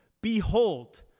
Behold